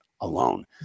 alone